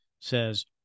says